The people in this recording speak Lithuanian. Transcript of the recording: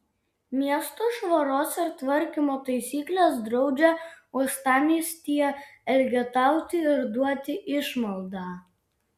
miesto švaros ir tvarkymo taisyklės draudžia uostamiestyje elgetauti ir duoti išmaldą